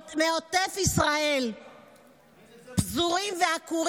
על ירי הרקטות על מדינת ישראל לפני 7 באוקטובר